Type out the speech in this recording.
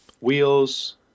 wheels